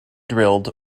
drilled